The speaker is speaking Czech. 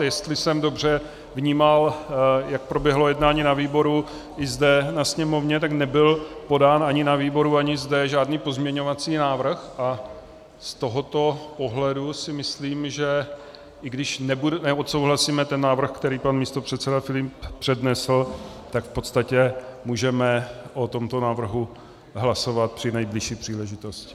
Jestli jsem dobře vnímal, jak proběhlo jednání na výboru i zde na sněmovně, tak nebyl podán ani na výboru, ani zde žádný pozměňovací návrh a z tohoto pohledu si myslím, že i když neodsouhlasíme ten návrh, který pan místopředseda Filip přednesl, tak v podstatě můžeme o tomto návrhu hlasovat při nejbližší příležitosti.